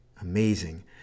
amazing